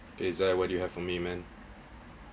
okay zai what do you have for me man